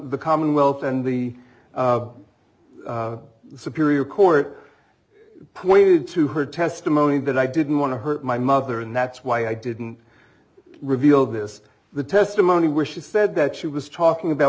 the commonwealth and the superior court pointed to her testimony that i didn't want to hurt my mother and that's why i didn't reveal this the testimony where she said that she was talking about